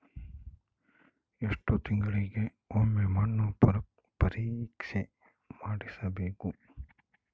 ಎಷ್ಟು ತಿಂಗಳಿಗೆ ಒಮ್ಮೆ ಮಣ್ಣು ಪರೇಕ್ಷೆ ಮಾಡಿಸಬೇಕು?